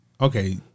Okay